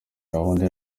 gahunda